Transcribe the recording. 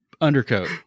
undercoat